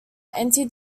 anti